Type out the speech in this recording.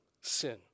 sin